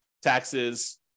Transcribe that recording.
taxes